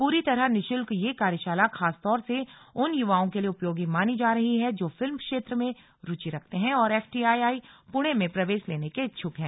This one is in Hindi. पूरी तरह निःशुल्क यह कार्यशाला खासतौर से उन युवाओं के लिए उपयोगी मानी जा रही है जो फिल्म क्षेत्र में रूचि रखते हैं और एफटीआईआई पुणे में प्रवेश लेने के इच्छुक हैं